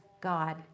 God